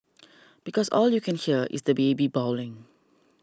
because all you can hear is the baby bawling